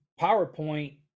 PowerPoint